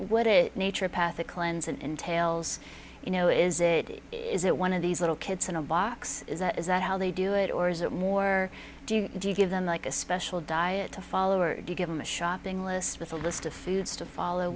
what it nature path to cleanse and entails you know is it is it one of these little kids in a box is that is that how they do it or is it more do you do you give them like a special diet to follow or give them a shopping list with a list of foods to follow